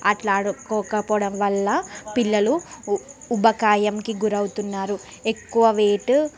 అట్లా ఆడుకోకపోవడం వల్ల పిల్లలు ఉబ్బకాయంకి గురి అవుతున్నారు ఎక్కువ వెయిట్